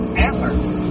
Antler's